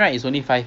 takde kayak